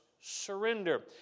surrender